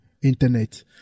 internet